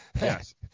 Yes